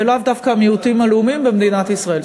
ולאו דווקא המיעוטים הלאומיים, במדינת ישראל.